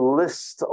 list